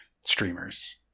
streamers